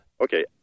Okay